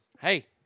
Hey